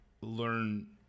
learn